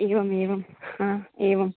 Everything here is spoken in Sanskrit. एवमेवम् आम् एवं